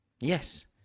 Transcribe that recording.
Yes